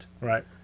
Right